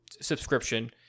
subscription